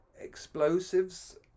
explosives